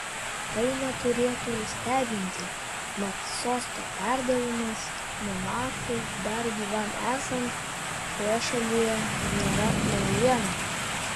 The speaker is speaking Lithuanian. tai neturėtų stebinti mat sosto perdavimas monarchui dar gyvam esant šioje šalyje nėra naujiena